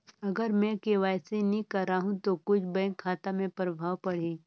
अगर मे के.वाई.सी नी कराहू तो कुछ बैंक खाता मे प्रभाव पढ़ी?